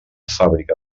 fàbrica